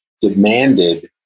demanded